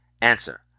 Answer